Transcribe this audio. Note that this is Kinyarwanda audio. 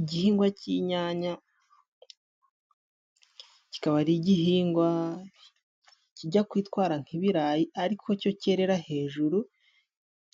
Igihingwa cy'inyanya, kikaba ari igihingwa kijya kwitwara nk'ibirayi ariko cyo kerera hejuru,